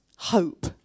hope